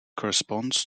corresponds